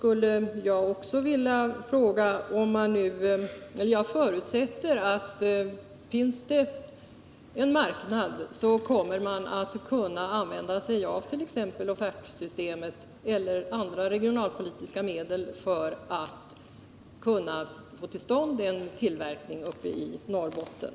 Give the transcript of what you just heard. Jag förutsätter att finns det en marknad, så kommer man att kunna använda offertsystemet eller andra regionalpolitiska medel för att få till stånd en tillverkning i Norrbotten.